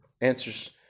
answers